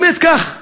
באמת, ככה,